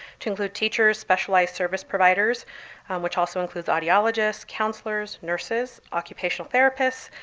to include teachers, specialized service providers which also includes audiologists, counselors, nurses, occupational therapists,